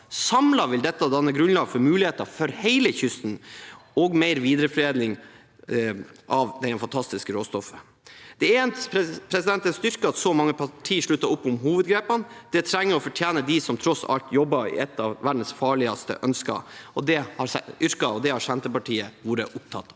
Samlet vil dette danne grunnlaget for muligheter for hele kysten og mer videreforedling av dette fantastiske råstoffet. Det er en styrke at så mange partier slutter opp om hovedgrepene. Det trenger og fortjener de som tross alt jobber i et av verdens farligste yrker, og det har Senterpartiet vært opptatt av.